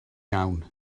iawn